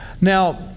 Now